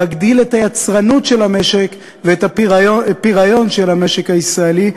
להגדיל את היצרנות של המשק ואת הפירָיון של המשק הישראלי.